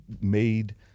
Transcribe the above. made